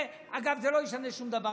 אגב, זה לא ישנה שום דבר.